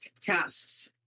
tasks